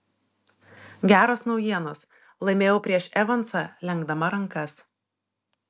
geros naujienos laimėjau prieš evansą lenkdama rankas